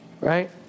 right